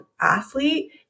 athlete